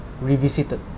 Revisited